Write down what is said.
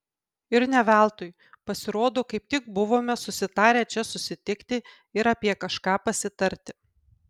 ir ne veltui pasirodo kaip tik buvome susitarę čia susitikti ir apie kažką pasitarti